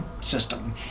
System